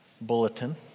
bulletin